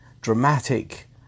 dramatic